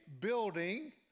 building